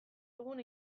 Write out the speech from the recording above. egun